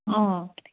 অঁ